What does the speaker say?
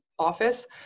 office